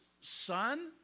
son